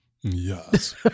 Yes